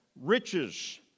riches